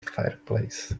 fireplace